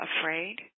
afraid